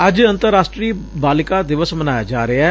ਅੱਜ ਅੰਤਰਰਾਸ਼ਟਰੀ ਬਾਲਿਕਾ ਦਿਵਸ ਮਨਾਇਆ ਜਾ ਰਿਹੈ